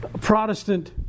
Protestant